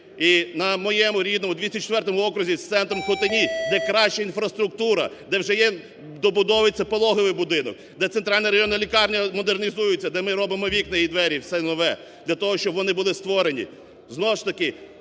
і на моєму рідному, 204 окрузі з центром в Хотині, де краща інфраструктура, де вже є… добудовується пологовий будинок, де центральна регіональна лікарня модернізується, де ми робимо вікна і двері, все нове для того, щоб вони були створені.